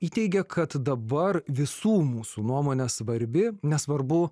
įteigia kad dabar visų mūsų nuomonė svarbi nesvarbu